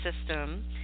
system